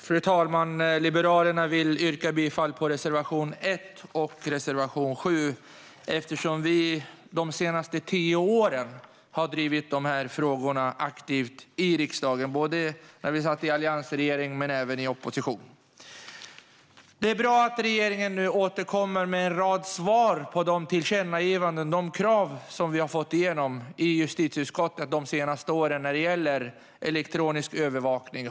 Fru talman! Liberalerna yrkar bifall till reservation 1 och reservation 7 eftersom vi de senaste tio åren har drivit dessa frågor aktivt i riksdagen, både i alliansregering och i opposition. Det är bra att regeringen nu återkommer med en rad svar på de tillkännagivanden och krav som vi har fått igenom i justitieutskottet de senaste åren när det gäller elektronisk övervakning.